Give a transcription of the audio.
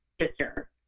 sister